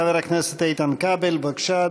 חבר הכנסת איתן כבל, בבקשה,